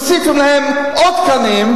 מוסיפים להם עוד תקנים,